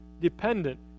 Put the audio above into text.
dependent